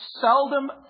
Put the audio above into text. seldom